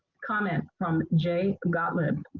comment from jay gottlieb.